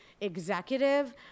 executive